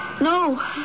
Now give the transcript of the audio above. No